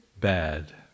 Bad